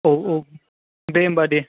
औ औ दे होनबा दे